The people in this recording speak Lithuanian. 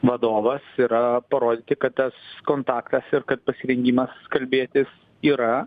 vadovas yra parodyti kad tas kontaktas ir kad pasirengimas kalbėtis yra